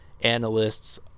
analysts